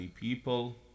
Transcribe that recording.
people